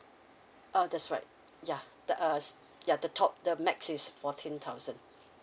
oh that's right yeah but the uh yeah the top the max is fourteen thousand